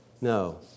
No